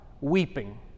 weeping